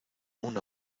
una